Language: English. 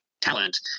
talent